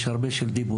נשארו הרבה דיבורים.